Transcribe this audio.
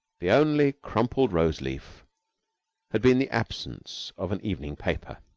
the only crumpled rose-leaf had been the absence of an evening paper.